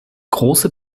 große